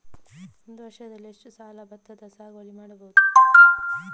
ಒಂದು ವರ್ಷದಲ್ಲಿ ಎಷ್ಟು ಸಲ ಭತ್ತದ ಸಾಗುವಳಿ ಮಾಡಬಹುದು?